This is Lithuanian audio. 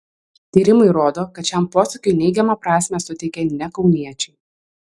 tyrimai rodo kad šiam posakiui neigiamą prasmę suteikia ne kauniečiai